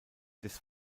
des